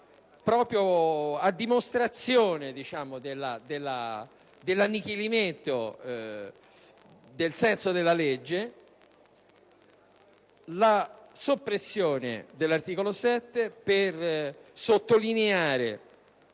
proprio a dimostrazione dello svuotamento del senso del provvedimento, la soppressione dell'articolo 7 per sottolineare,